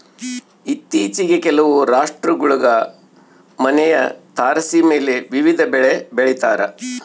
ಇತ್ತೀಚಿಗೆ ಕೆಲವು ರಾಷ್ಟ್ರಗುಳಾಗ ಮನೆಯ ತಾರಸಿಮೇಲೆ ವಿವಿಧ ಬೆಳೆ ಬೆಳಿತಾರ